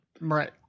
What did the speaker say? Right